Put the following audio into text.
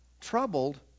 troubled